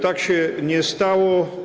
Tak się nie stało.